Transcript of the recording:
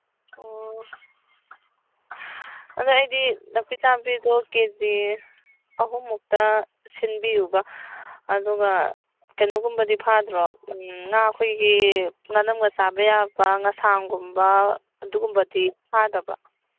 ꯑꯣ ꯑꯗ ꯑꯩꯗꯤ ꯅꯥꯄꯤꯆꯥꯕꯤꯗꯣ ꯀꯦ ꯖꯤ ꯑꯍꯨꯝꯃꯨꯛꯇ ꯁꯤꯟꯕꯤꯌꯨꯕ ꯑꯗꯨꯒ ꯀꯩꯅꯣꯒꯨꯝꯕꯗꯤ ꯐꯥꯗ꯭ꯔꯣ ꯉꯥ ꯑꯩꯈꯣꯏꯒꯤ ꯉꯥꯅꯝꯒ ꯆꯥꯕ ꯌꯥꯕ ꯉꯁꯥꯡꯒꯨꯝꯕ ꯑꯗꯨꯒꯨꯝꯕꯗꯤ ꯐꯥꯗꯕ